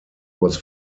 was